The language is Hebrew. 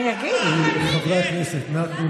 מעניין, אם ערבים היו מאיימים על